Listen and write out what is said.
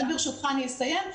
ברשותך אני אסיים.